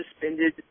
suspended